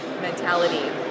mentality